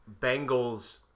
Bengals